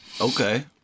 Okay